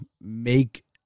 make